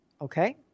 okay